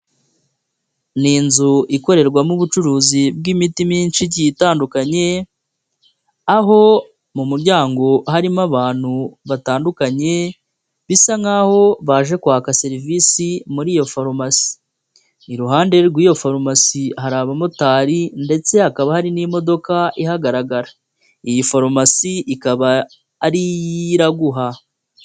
Ni inzu ikorerwamo ubucuruzi bw'imiti myinshi igiye itandukanye, aho mu muryango harimo abantu batandukanye, bisa nk'aho baje kwaka serivisi muri iyo farumasi. Iruhande rw'iyo farumasi hari abamotari ndetse hakaba hari n'imodoka ihagaragara. iyi farumasi ikaba ari iy'Iraguha.